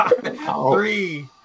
Three